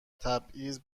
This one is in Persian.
تبعیض